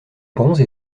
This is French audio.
bronzes